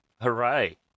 Hooray